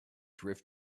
drift